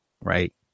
right